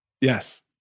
yes